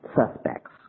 suspects